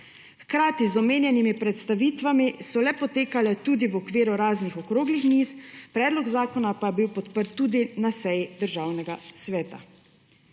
Hkrati z omenjenimi predstavitvami so le potekale tudi v okviru raznih okroglih miz, predlog zakona pa je bil podprt tudi na seji državnega sveta.